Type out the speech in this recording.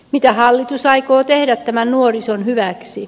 mitä hallitus aikoo tehdä tämän nuorison hyväksi